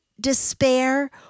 despair